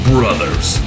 Brothers